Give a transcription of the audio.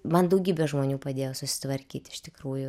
man daugybę žmonių padėjo susitvarkyt iš tikrųjų